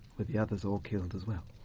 were the others all killed as well,